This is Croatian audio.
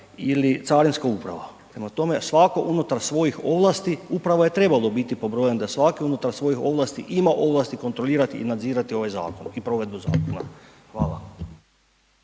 ili carinska uprava. Prema tome, svatko unutar svojih ovlasti, upravo je trebalo biti pobrojano da svatko unutar svojih ovlasti ima ovlasti kontrolirati i nadzirati ovaj zakon i provedbu zakona. Hvala.